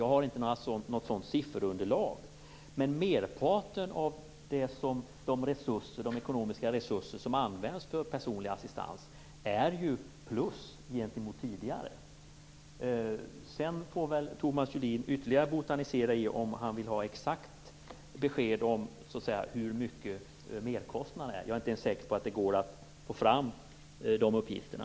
Jag har inte något sådant sifferunderlag, men merparten av de ekonomiska resurser som används för personlig assistans har tillkommit utöver de tidigare kostnaderna för handikappomsorgen. Thomas Julin får botanisera ytterligare om han vill ha exakt besked om hur stor merkostnaden är. Jag är inte säker på att det ens går att få fram de uppgifterna.